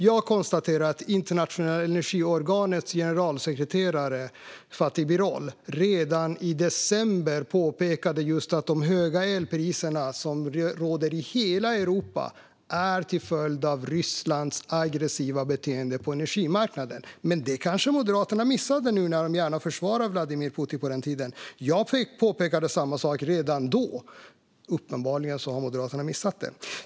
Jag konstaterar att det internationella energiorganets generalsekreterare Fatih Birol redan i december påpekade att de höga elpriser som råder i hela Europa är en följd av Rysslands aggressiva beteende på energimarknaden, men detta kanske Moderaterna, som gärna försvarade Putin på den tiden, missade. Jag påpekade samma sak redan då, men uppenbarligen har Moderaterna missat det.